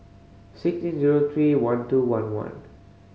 six eight zero three one two one one